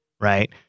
right